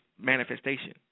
manifestation